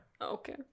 okay